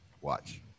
Watch